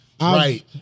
Right